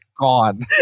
Gone